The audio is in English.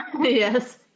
Yes